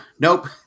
nope